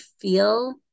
feel